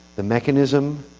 the mechanism,